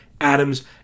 Adams